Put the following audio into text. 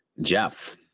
jeff